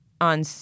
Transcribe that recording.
on